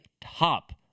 top